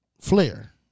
Flair